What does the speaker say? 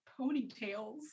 Ponytails